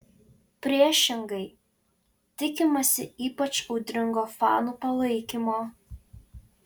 priešingai tikimasi ypač audringo fanų palaikymo